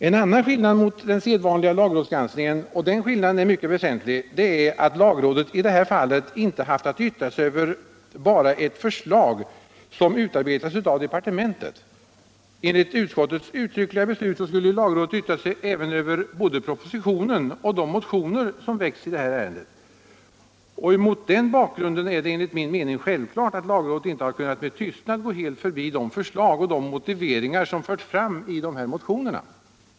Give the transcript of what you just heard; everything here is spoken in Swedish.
En annan skillnad mot den sedvanliga lagrådsgranskningen — och den skillnaden är mycket väsentlig — är att lagrådet i det här fallet inte haft att yttra sig över bara ett förslag som utarbetats av departementet. Enligt utskottets uttryckliga beslut skulle lagrådet yttra sig över både propositionen och de motioner som väckts i ärendet. Mot den bakgrunden är det enligt min mening självklart att lagrådet inte har kunnat med tystnad helt gå förbi de förslag och de motiveringar som förts fram i de här motionerna.